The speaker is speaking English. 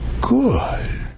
good